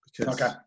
okay